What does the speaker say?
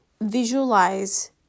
visualize